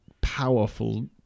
powerful